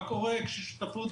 מה קורה בשותפות,